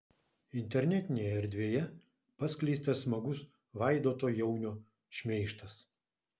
internetinėje erdvėje paskleistas smagus vaidoto jaunio šmeižtas